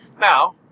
Now